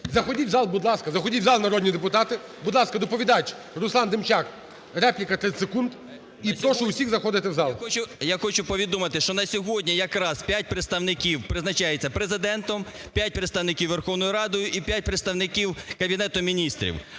Заходіть в зал, будь ласка. Заходіть в зал, народні депутати. Будь ласка, доповідач, Руслан Демчак – репліка 30 секунд. І прошу усіх заходити в зал. 14:09:17 ДЕМЧАК Р.Є. Я хочу повідомити, що на сьогодні якраз 5 представників призначаються Президентом, 5 представників – Верховною Радою і 5 представників – Кабінетом Міністрів.